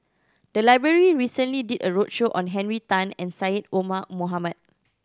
the library recently did a roadshow on Henry Tan and Syed Omar Mohamed